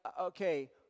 okay